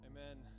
Amen